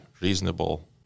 reasonable